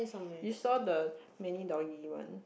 you saw the many doggie one